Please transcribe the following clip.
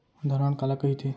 धरण काला कहिथे?